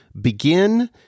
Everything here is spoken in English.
begin